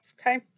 okay